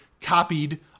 copied